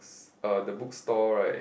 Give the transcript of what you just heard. s~ uh the book store right